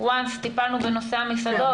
מרגע טיפלנו בנושא המסעדות,